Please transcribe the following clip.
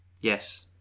yes